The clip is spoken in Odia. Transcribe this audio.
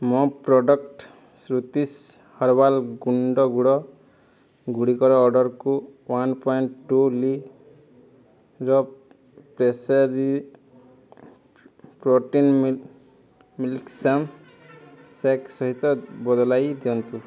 ମୋ ପ୍ରଡ଼କ୍ଟ ଶ୍ରୁତିସ ହର୍ବାଲ୍ ଗୁଣ୍ଡ ଗୁଡ଼ ଗୁଡ଼ିକର ଅର୍ଡ଼ର୍କୁ ୱାନ୍ ପଏଣ୍ଟ ଟୁ ଲି'ର ପ୍ରେସେରୀ ପ୍ରୋଟିନ୍ ମିଲ୍କ୍ ଶେକ୍ ସହିତ ବଦଳାଇ ଦିଅନ୍ତୁ